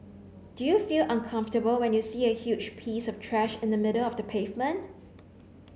do you feel uncomfortable when you see a huge piece of trash in the middle of the pavement